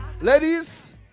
Ladies